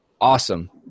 awesome